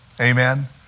Amen